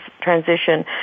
transition